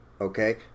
Okay